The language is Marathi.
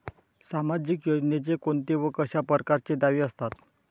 सामाजिक योजनेचे कोंते व कशा परकारचे दावे असतात?